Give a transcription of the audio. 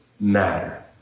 Matter